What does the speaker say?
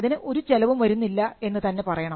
അതിന് ഒരു ചെലവും വരുന്നില്ല എന്ന് തന്നെ പറയണം